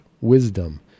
wisdom